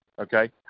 okay